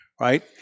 Right